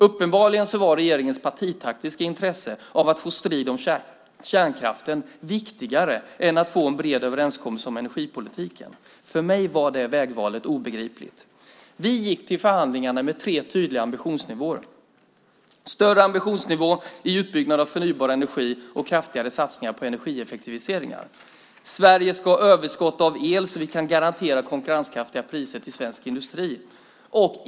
Uppenbarligen var regeringens partitaktiska intresse av att få en strid om kärnkraften viktigare än att få en bred överenskommelse om energipolitiken. För mig var det vägvalet obegripligt. Vi gick till förhandlingarna med tre tydliga ambitioner: Det ska vara en högre ambitionsnivå när det gäller utbyggnad av förnybar energi och kraftigare satsningar på energieffektiviseringar. Sveriges ska ha överskott av el, så att vi kan garantera konkurrenskraftiga priser till svensk industri.